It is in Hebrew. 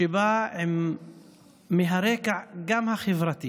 שבא מהרקע החברתי